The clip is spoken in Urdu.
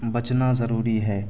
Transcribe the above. بچنا ضروری ہے